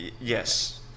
Yes